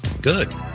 Good